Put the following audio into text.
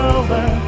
over